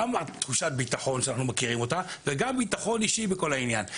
גם תחושת ביטחון שאנחנו מכירים אותה וגם ביטחון אישי בכל העניין.